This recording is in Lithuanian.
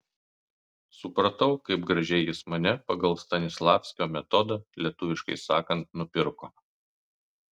supratau kaip gražiai jis mane pagal stanislavskio metodą lietuviškai sakant nupirko